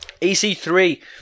EC3